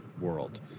world